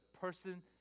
person